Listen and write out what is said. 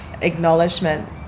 acknowledgement